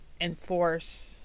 enforce